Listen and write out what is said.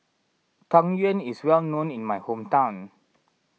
Tang Yuen is well known in my hometown